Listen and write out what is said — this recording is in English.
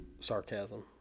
Sarcasm